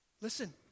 Listen